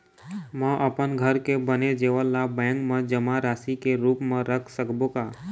म अपन घर के बने जेवर ला बैंक म जमा राशि के रूप म रख सकबो का?